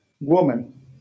woman